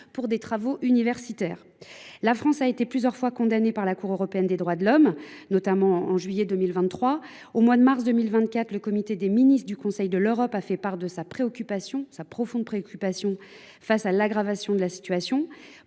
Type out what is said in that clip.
pour des travaux universitaires. La France a été plusieurs fois condamnée par la Cour européenne des droits de l’homme, notamment en juillet 2023, pour ce problème de surpopulation. Au mois de mars 2024, le comité des ministres du Conseil de l’Europe a fait part de sa profonde préoccupation face à l’aggravation de la situation.